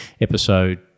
episode